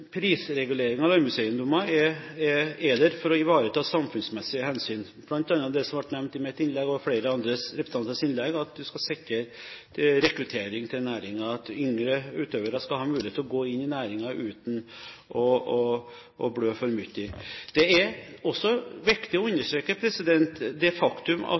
Prisregulering av landbrukseiendommer er til for å ivareta samfunnsmessige hensyn, bl.a. det som ble nevnt i mitt innlegg og i flere representanters innlegg, at man skal sikre rekruttering til næringen, at yngre utøvere skal ha mulighet til å gå inn i næringen uten å blø for mye. Det er også viktig å understreke det faktum at